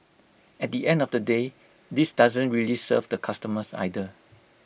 at the end of the day this doesn't really serve the customers either